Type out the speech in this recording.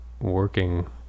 working